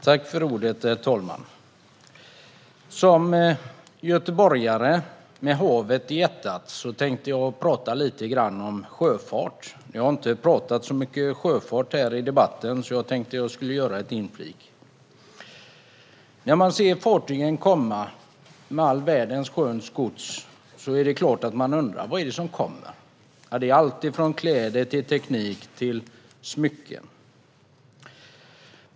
Herr talman! Som göteborgare med havet i hjärtat tänkte jag tala lite grann om sjöfart. Vi har inte talat så mycket om sjöfart här i debatten, så jag tänkte att jag skulle göra ett inlägg om det. När man ser fartygen komma med all världens gods är det klart att man undrar vad det är som kommer. Det är allt från kläder till teknik och smycken.